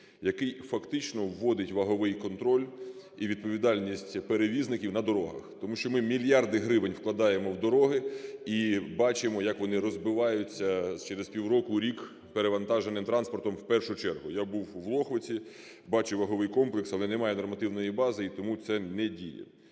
який фактично вводить ваговий контроль і відповідальність перевізників на дорогах. Тому що ми мільярди гривень вкладаємо в дороги і бачимо, як вони розбиваються через півроку-рік перевантаженим транспортом в першу чергу. Я був в Лохвиці, бачив ваговий комплекс, але немає нормативної бази, і тому це не діє.